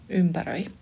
ympäröi